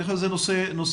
אני חושב שזה נושא חשוב.